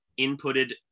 inputted